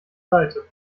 seite